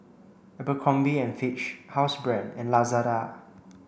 Abercrombie and Fitch Housebrand and Lazada